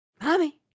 Mommy